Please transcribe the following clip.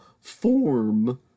form